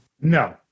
No